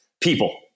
people